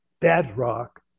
bedrock